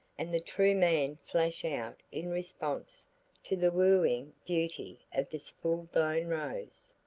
and the true man flash out in response to the wooing beauty of this full-blown rose,